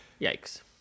Yikes